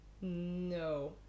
No